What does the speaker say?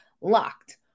Locked